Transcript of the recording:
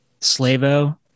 Slavo